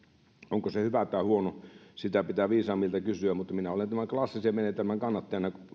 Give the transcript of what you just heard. onko se hyvä vai huono sitä pitää viisaammilta kysyä mutta minä olen tämän klassisen menetelmän kannattajana